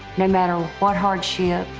no matter what hardship,